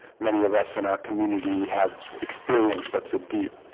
many of us in our community have experience, that's deep